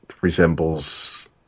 resembles